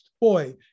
Boy